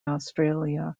australia